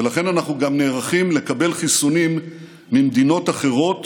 ולכן אנחנו גם נערכים לקבל חיסונים ממדינות אחרות